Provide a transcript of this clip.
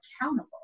accountable